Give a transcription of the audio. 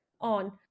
on